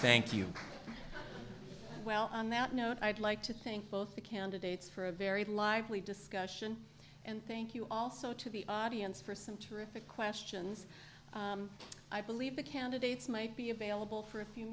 thank you well on that note i'd like to thank both the candidates for a very lively discussion and thank you also to be audience for some terrific questions i believe the candidates might be available for a few